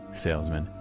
salesmen,